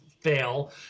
fail